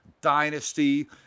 Dynasty